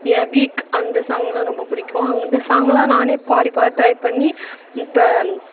எ week அந்த song எல்லாம் ரொம்ப பிடிக்கும் அந்த சாங்க் எல்லாம் நானே பாடி பாடி ட்ரை பண்ணி இப்போ